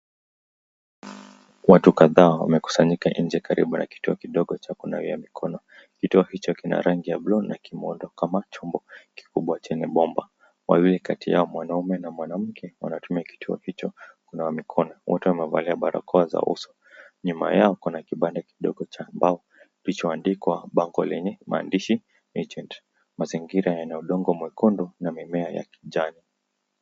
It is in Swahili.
Watu kadhaa wamekusanyika nje karibu na kituo kidogo cha kunawia mikono. Kituo hicho kina rangi ya buluu na kimeundwa kama chombo kubwa chenye bomba. Wawili kati yao, mwanamume na mwanamke, wanatumia kituo hicho kunawa mikono. Wote wamevaa barakoa za uso. Nyuma yao kuna kibanda kidogo cha mbao kilichoandikwa bango lenye maandishi agent . Mazingira yana udongo mwekundu na mimea ya kijani.